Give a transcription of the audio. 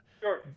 Sure